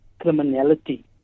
criminality